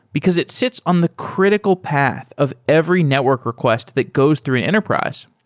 because it sits on the critical path of every network request that goes through an enterprise.